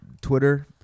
Twitter